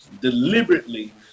deliberately